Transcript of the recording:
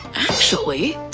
actually,